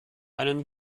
einen